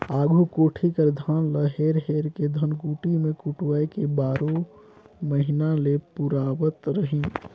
आघु कोठी कर धान ल हेर हेर के धनकुट्टी मे कुटवाए के बारो महिना ले पुरावत रहिन